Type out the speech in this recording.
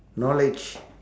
knowledge